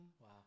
wow